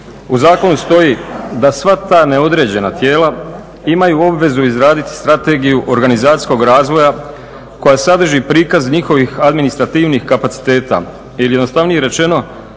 U zakonu stoji da sva ta neodređena tijela imaju obvezu izraditi strategiju organizacijskog razvoja koja sadrži prikaz njihovih administrativnih kapaciteta ili jednostavnije rečeno